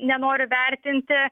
nenoriu vertinti